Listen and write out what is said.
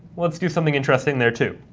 let's do something interesting there too.